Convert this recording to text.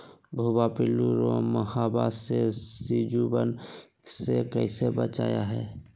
भुवा पिल्लु, रोमहवा से सिजुवन के कैसे बचाना है?